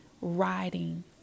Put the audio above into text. riding